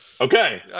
Okay